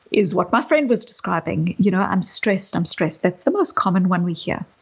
is what my friend was describing. you know i'm stressed, i'm stressed, that's the most common one we hear,